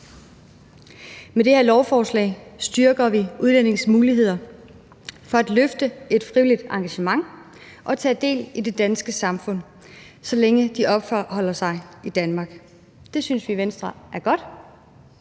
Med det her lovforslag styrker vi udlændinges muligheder for at løfte et frivilligt engagement og tage del i det danske samfund, så længe de opholder sig i Danmark. Det syntes vi i Venstre er godt.